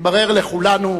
התברר לכולנו